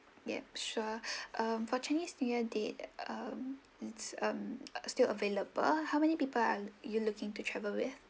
yup sure uh for chinese new year date um it's um still available how many people are you looking to travel with